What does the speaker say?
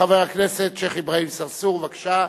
חבר הכנסת שיח' אברהים צרצור, בבקשה,